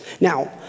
Now